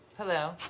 Hello